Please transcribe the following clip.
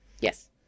Yes